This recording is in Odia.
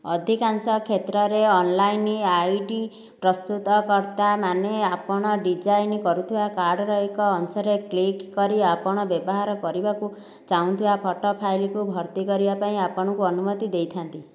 ଅଧିକାଂଶ କ୍ଷେତ୍ରରେ ଅନଲାଇନ୍ ଆଇଡ଼ି ପ୍ରସ୍ତୁତକର୍ତ୍ତାମାନେ ଆପଣ ଡିଜାଇନ କରୁଥିବା କାର୍ଡର ଏକ ଅଂଶରେ କ୍ଲିକ୍ କରି ଆପଣ ବ୍ୟବହାର କରିବାକୁ ଚାହୁଁଥିବା ଫଟୋ ଫାଇଲକୁ ଭର୍ତ୍ତି କରିବାପାଇଁ ଆପଣଙ୍କୁ ଅନୁମତି ଦେଇଥାନ୍ତି